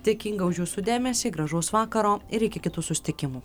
dėkinga už jūsų dėmesį gražaus vakaro ir iki kitų susitikimų